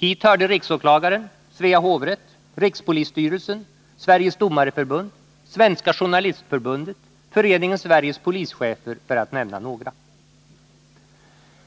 Hit hörde riksåklagaren, Svea hovrätt, rikspolisstyrelsen, Sveriges domareförbund, Svenska journalistförbundet, Föreningen Sveriges polischefer — för att nämna några.